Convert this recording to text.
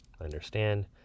understand